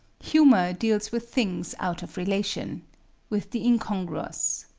humor deals with things out of relation with the incongruous.